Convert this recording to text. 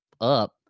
up